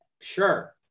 Sure